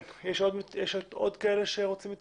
מה ההחלטה לגבי